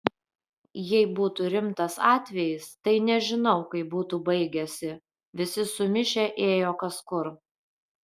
jei būtų rimtas atvejis tai nežinau kaip būtų baigęsi visi sumišę ėjo kas kur